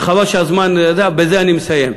וחבל שהזמן, בזה אני מסיים.